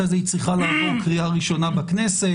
אחרי זה היא צריכה לעבור קריאה ראשונה לכנסת,